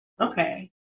Okay